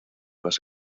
las